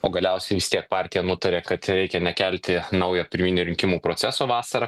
o galiausiai vis tiek partija nutarė kad reikia nekelti naujo pirminių rinkimų proceso vasarą